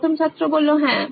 প্রথম ছাত্র হ্যাঁ